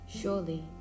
Surely